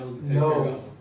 no